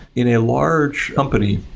in a large company,